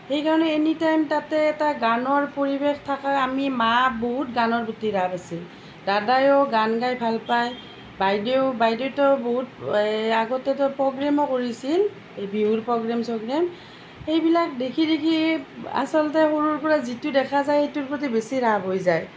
সেই কাৰণে any time তাতে এটা গানৰ পৰিৱেশ থকা আমি মা বহুত গানৰ প্ৰতি ৰাপ আছিল দাদাইয়ো গান গাই ভাল পাই বাইদেউ বাইদেউতো বহুত আগতেটো প্ৰগ্ৰেমো কৰিছিল বিহুৰ প্ৰগ্ৰেম চগ্ৰেম এইবিলাক দেখি দেখি আচলতে সৰুৰ পৰা যিটো দেখা যায় সেইটোৰ প্ৰতি বেছি ৰাপ হৈ যায়